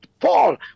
Paul